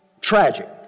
tragic